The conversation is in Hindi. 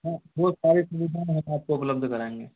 वो वो सारी सुविधा हम आपको उपलब्ध कराएंगे